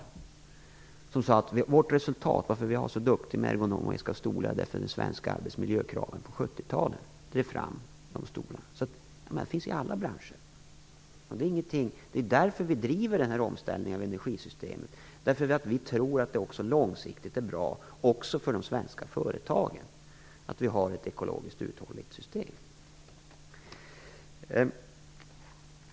Där sade man att anledningen till att man är så duktiga på att tillverka ergonomiska stolar är att de svenska arbetsmiljökraven på 70-talet drev fram dessa stolar. Det gäller alla branscher. Vi driver frågan om en omställning av energisystemet därför att vi tror att det långsiktigt är bra också för de svenska företagen att vi har ett ekologiskt och uthålligt system.